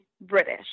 British